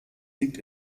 liegt